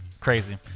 Crazy